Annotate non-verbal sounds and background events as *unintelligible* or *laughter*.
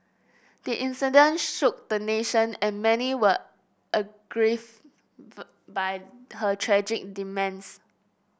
the incident shook the nation and many were *unintelligible* by her tragic demise